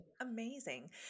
Amazing